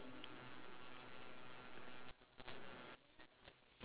orange sign that says designer hat pins and then one open sign